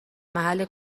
محل